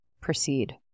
proceed